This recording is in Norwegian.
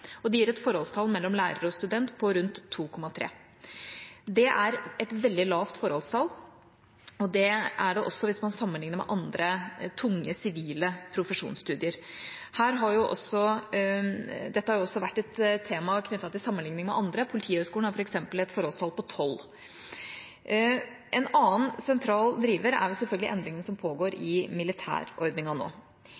Det gir et forholdstall mellom lærer og student på rundt 2,3. Det er et veldig lavt forholdstall. Det er det også hvis man sammenligner med andre tunge sivile profesjonsstudier. Dette har også vært et tema knyttet til sammenligning med andre. Politihøgskolen har f.eks. et forholdstall på 12. En annen sentral driver er selvfølgelig endringene som nå pågår i